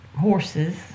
horses